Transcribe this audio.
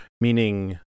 meaning